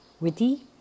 Witty